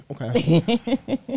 okay